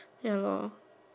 ya lor